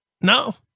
No